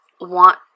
want